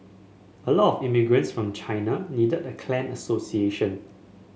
a lot of immigrants from China needed a clan association